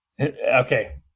okay